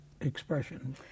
expression